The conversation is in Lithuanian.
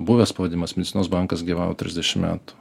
buvęs pavadinimas medicinos bankas gyvavo trisdešimt metų